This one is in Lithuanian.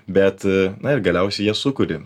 bet na ir galiausiai ją sukuri